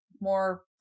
more